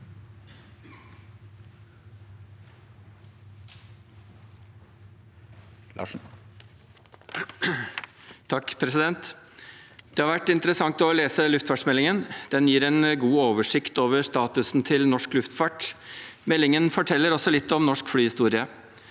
for saken): Det har vært interessant å lese luftfartsmeldingen. Den gir en god oversikt over statusen til norsk luftfart. Meldingen forteller også litt om norsk flyhistorie.